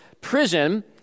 prison